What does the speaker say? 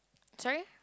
sorry